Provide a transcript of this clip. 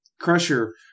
Crusher